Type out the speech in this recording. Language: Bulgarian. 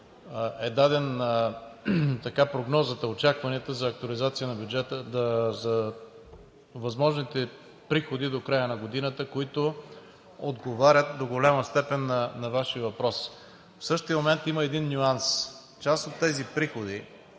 е дадена прогнозата, очакванията за възможните приходи до края на годината, които отговарят до голяма степен на Вашия въпрос. В същия момент има един нюанс. Част от тези приходи